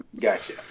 Gotcha